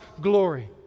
glory